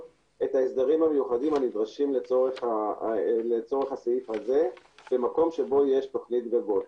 את האתגרים המיוחדים הנדרשים לצורך הסעיף הזה במקום שבו יש תוכנית גגות.